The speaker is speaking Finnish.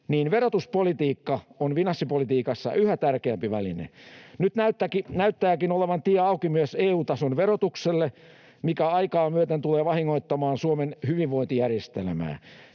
ja verotuspolitiikka on finanssipolitiikassa yhä tärkeämpi väline. Nyt näyttääkin olevan tie auki myös EU-tason verotukselle, mikä aikaa myöten tulee vahingoittamaan Suomen hyvinvointijärjestelmää.